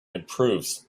improves